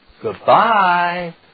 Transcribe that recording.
goodbye